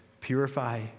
purify